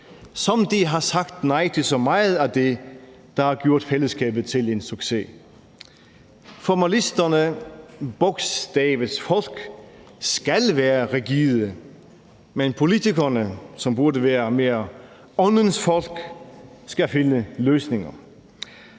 som de har sagt nej til så meget af det, der har gjort fællesskabet til en succes. Formalisterne, bogstavets folk, skal være rigide, men politikerne, som mere burde være åndens folk, skal finde løsninger.